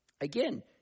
again